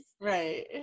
right